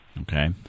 Okay